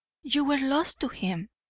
you were lost to him!